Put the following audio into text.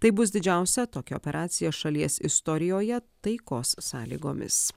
tai bus didžiausia tokia operacija šalies istorijoje taikos sąlygomis